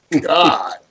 God